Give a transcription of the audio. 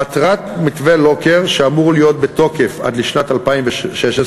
מטרת מתווה לוקר, שאמור להיות בתוקף עד לשנת 2016,